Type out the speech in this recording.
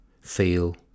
feel